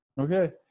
Okay